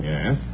Yes